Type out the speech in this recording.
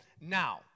now